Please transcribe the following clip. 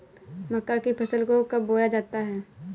मक्का की फसल को कब बोया जाता है?